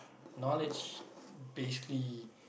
knowledge basically